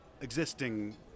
existing